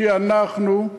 כי אנחנו,